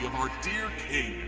our dear king.